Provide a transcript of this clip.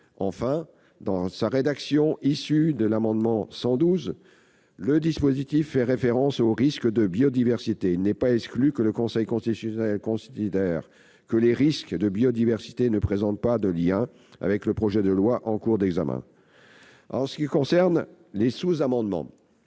Enfin, dans sa rédaction issue de l'amendement n° 112 rectifié, le dispositif fait référence aux risques liés à la biodiversité. Il n'est pas exclu que le Conseil constitutionnel considère que de tels risques ne présentent pas de lien avec le projet de loi en cours d'examen. Pour ce qui concerne les sous-amendements,